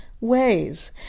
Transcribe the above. ways